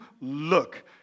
look